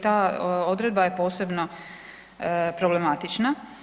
Ta odredba je posebno problematična.